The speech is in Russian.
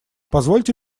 позвольте